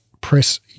press